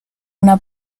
una